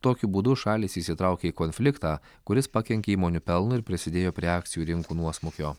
tokiu būdu šalys įsitraukė į konfliktą kuris pakenkė įmonių pelnui ir prisidėjo prie akcijų rinkų nuosmukio